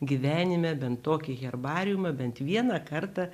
gyvenime bent tokį herbariumą bent vieną kartą